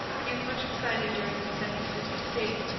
he is much excited during this semi-sleeping state,